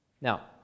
Now